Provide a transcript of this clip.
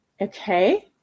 Okay